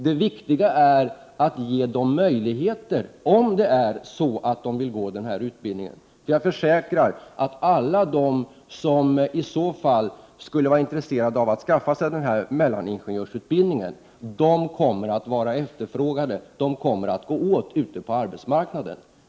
Det viktiga är att ge dem möjligheter, om de vill ha utbildningen. Jag försäkrar att alla de som i så fall skulle vara intresserade av att skaffa sig mellaningenjörsutbildning kommer att vara efterfrågade. De kommer att gå åt på arbetsmarknaden.